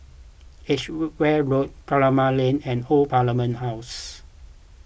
Edgeware Road Kramat Lane and Old Parliament House